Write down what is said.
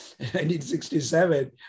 1967